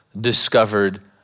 discovered